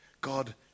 God